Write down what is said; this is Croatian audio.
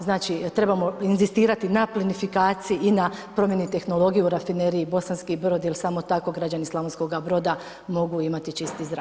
Znači trebamo inzistirati na plinofikaciji i na promjeni tehnologije u rafineriji Bosanski Brod jer samo tako građani slavonskog Broda mogu imati čisti zrak.